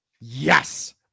Yes